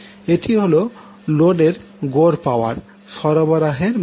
এটি হল লোডেরগড় পাওয়ার সরবরাহের মান